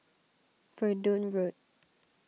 Verdun Road